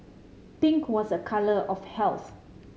pink was a colour of health